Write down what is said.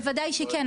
בוודאי שכן,